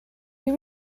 you